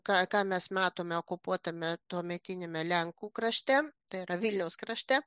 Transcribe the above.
ką ką mes matome okupuotame tuometiniame lenkų krašte tai yra vilniaus krašte